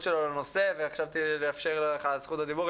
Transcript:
שלו לנושא וחשבתי לאפשר לך את זכות הדיבור.